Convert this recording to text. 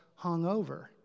hungover